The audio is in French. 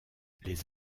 les